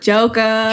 Joker